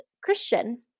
Christian